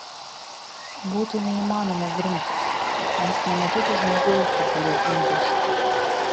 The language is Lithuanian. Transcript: būtų neįmanoma grumtis jis nematytų žmogaus su kuriuo imtųsi